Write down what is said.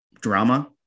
drama